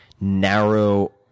narrow